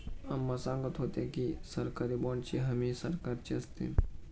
अम्मा सांगत होत्या की, सरकारी बाँडची हमी सरकारची असते